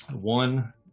one